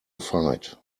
fight